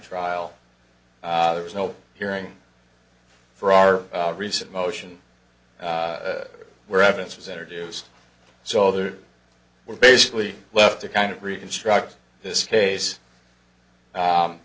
trial there was no hearing for our recent motion were evidence was introduced so there were basically left to kind of reconstruct this case